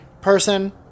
person